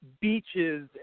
Beaches